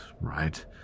right